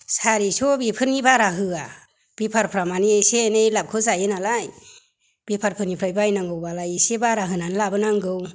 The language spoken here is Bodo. सारिस' बेफोरनि बारा होआ बेफारिफोरा माने एसे एनै लाभखौ जायो नालाय बेफारिफोरनिफ्राय बायनांगौबालाय इसे बारा होनानै लाबोनांगौ